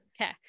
Okay